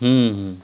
হুম হুম